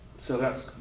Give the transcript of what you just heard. so that's